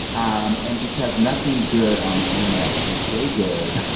um and because nothing good on the internet can stay good.